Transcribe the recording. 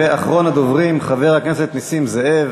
אחרון הדוברים, חבר הכנסת נסים זאב.